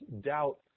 doubt